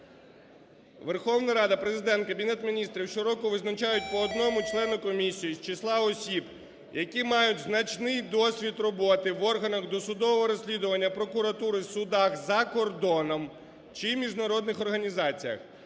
"Верховна Рада, Президент, Кабінет Міністрів щороку визначають по одному члену комісії з числа осіб, які мають значний досвід роботи в органах досудового розслідування прокуратури, судах за кордоном чи в міжнародних організаціях,